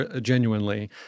genuinely